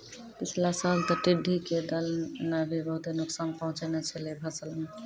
पिछला साल तॅ टिड्ढी के दल नॅ भी बहुत नुकसान पहुँचैने छेलै फसल मॅ